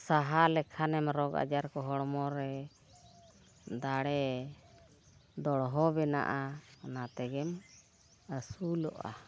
ᱥᱟᱦᱟ ᱞᱮᱠᱷᱟᱱᱮᱢ ᱨᱳᱜᱽ ᱟᱡᱟᱨ ᱠᱚ ᱦᱚᱲᱢᱚᱨᱮ ᱫᱟᱲᱮ ᱫᱚᱲᱦᱚ ᱵᱮᱱᱟᱜᱼᱟ ᱚᱱᱟ ᱛᱮᱜᱮᱢ ᱟᱹᱥᱩᱞᱚᱜᱼᱟ